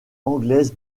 anglaise